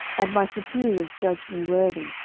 and my superiors judged me worthy,